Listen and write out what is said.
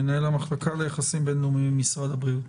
מנהל המחלקה ליחסים בין-לאומיים במשרד הבריאות.